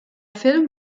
film